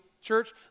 church